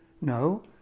No